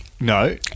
no